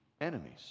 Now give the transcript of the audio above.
enemies